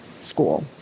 school